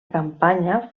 campanya